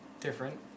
different